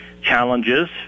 challenges